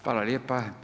Hvala lijepa.